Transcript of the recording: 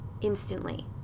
instantly